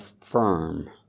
firm